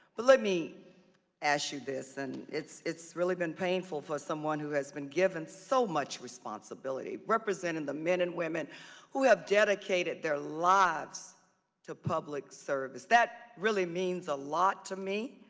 but let me ask you this, and it's it's really been painful for someone who has been given so much responsibility, responsibility, representing the men and women who have dedicated their lives to public service. that really means a lot to me.